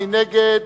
מי נגד?